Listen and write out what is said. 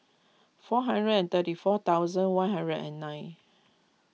four hundred and thirty four thousand one hundred and nine